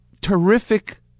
terrific